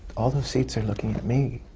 all those seats are looking at me!